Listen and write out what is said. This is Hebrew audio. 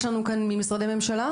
יש לנו כאן נציגים ממשרדי הממשלה.